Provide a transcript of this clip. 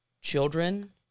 children